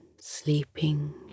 sleeping